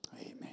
Amen